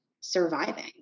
surviving